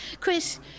chris